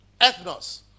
Ethnos